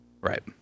Right